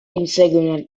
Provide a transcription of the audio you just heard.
insegue